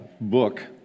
book